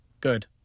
Good